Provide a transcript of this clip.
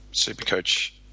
Supercoach